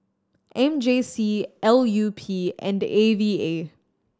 M J C L U P and A V A